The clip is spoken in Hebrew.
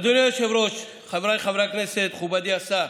אדוני היושב-ראש, חבריי חברי כנסת, מכובדי השר,